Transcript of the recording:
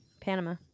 Panama